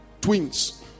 Twins